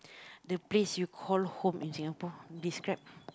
the place you call home in Singapore describe